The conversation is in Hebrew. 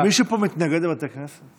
מישהו פה מתנגד לבתי כנסת?